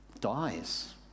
dies